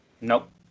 Nope